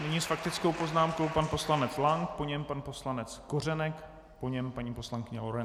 Nyní s faktickou poznámkou pan poslanec Lank, po něm pan poslanec Kořenek, po něm paní poslankyně Lorencová.